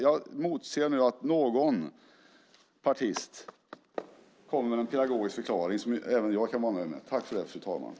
Jag emotser att någon partist kommer med en pedagogisk förklaring som även jag kan vara nöjd med.